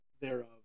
thereof